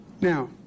Now